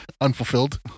Unfulfilled